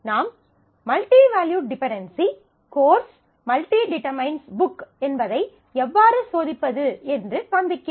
நாம் multi valued dependency course →→ book course →→ book என்பதை எவ்வாறு சோதிப்பது என்று காண்பிக்கிறோம்